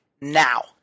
now